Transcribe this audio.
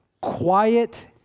quiet